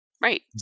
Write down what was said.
Right